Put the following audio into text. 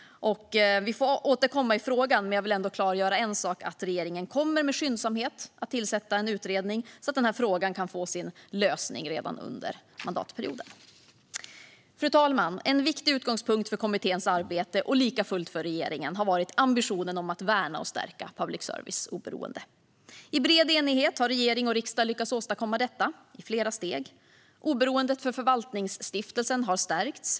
Vi får återkomma i frågan. Jag vill ändå klargöra att regeringen med skyndsamhet kommer att tillsätta en utredning så att frågan kan få sin lösning redan under mandatperioden. Fru talman! En viktig utgångspunkt för kommitténs arbete och likafullt för regeringen har varit ambitionen om att värna och stärka public services oberoende. I bred enighet har regering och riksdag lyckats åstadkomma detta i flera steg. Oberoendet för förvaltningsstiftelsen har stärkts.